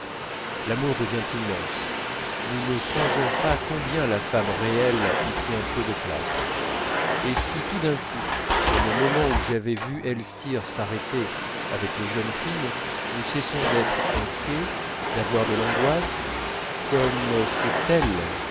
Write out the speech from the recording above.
l'amour devient immense nous ne songeons pas combien la femme réelle y tient peu de place et si tout d'un coup comme au moment où j'avais vu elstir s'arrêter avec les jeunes filles nous cessons d'être inquiets d'avoir de l'angoisse comme c'est elle